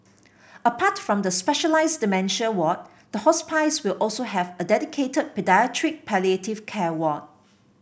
apart from the specialised dementia ward the hospice will also have a dedicated paediatric palliative care ward